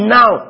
now